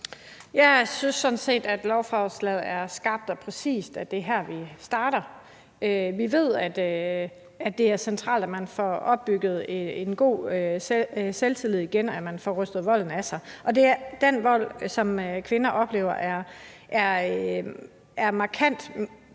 set, at lovforslaget er skarpt og præcist, i forhold til at det er her vi starter. Vi ved, at det er centralt, at man får opbygget en god selvtillid igen, og at man får rystet volden af sig. Og den vold, som kvinder oplever, er mere markant.